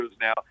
now